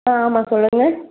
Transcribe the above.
ஆமாம் சொல்லுங்கள்